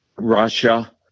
russia